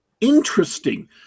interesting